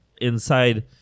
inside